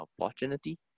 opportunity